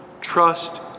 trust